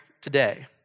today